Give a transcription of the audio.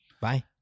Bye